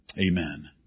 Amen